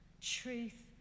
truth